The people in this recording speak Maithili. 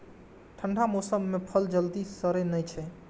ठंढा मौसम मे फल जल्दी सड़ै नै छै